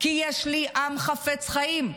כי יש לי עם חפץ חיים,